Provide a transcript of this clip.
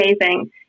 amazing